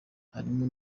harimo